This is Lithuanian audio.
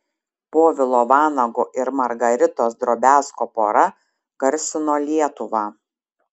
povilo vanago ir margaritos drobiazko pora garsino lietuvą